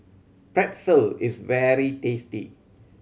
pretzel is very tasty